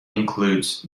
includes